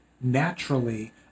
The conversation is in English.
naturally